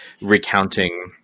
recounting